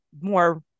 more